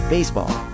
Baseball